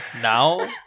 now